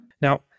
Now